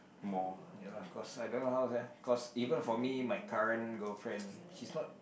ya lah of course I don't know how sia cause even for me my current girlfriend she's not